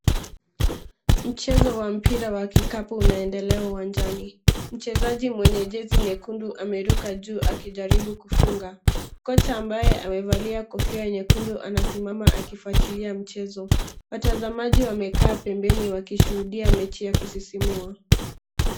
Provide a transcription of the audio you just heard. Mchezo wa mpira wa kikapu unaendelea uwanjani, mchezaji mwenye jezi nyekundu ameruka juu akijaribu kufunga, kocha ambaye amevalia kofia nyekundu anasimama akifuatilia mchezo, watazamaji wamekaa pembeni wakishuhudia mechi ya kusisimua.